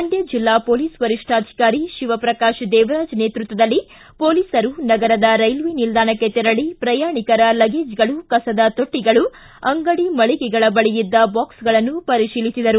ಮಂಡ್ಯ ಜಿಲ್ಲಾ ಪೊಲೀಸ್ ವರಿಷ್ಠಾಧಿಕಾರಿ ಶಿವಪ್ರಕಾಶ್ ದೇವರಾಜ್ ನೇತೃತ್ವದಲ್ಲಿ ಮೊಲೀಸರು ನಗರದ ರೈಲ್ವೆ ನಿಲ್ದಾಣಕ್ಕೆ ತೆರಳಿ ಪ್ರಯಾಣಿಕರ ಲಗೇಜ್ಗಳು ಕಸದ ತೊಟ್ಟಗಳು ಅಂಗಡಿ ಮಳಿಗೆಗಳ ಬಳಿಯಿದ್ದ ಬಾಕ್ಸೆಗಳನ್ನು ಪರಿತೀಲಿಸಿದರು